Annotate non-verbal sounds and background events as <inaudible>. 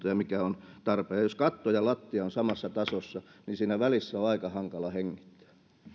<unintelligible> ja ja mikä on tarpeen jos katto ja lattia ovat samassa tasossa niin siinä välissä on aika hankala hengittää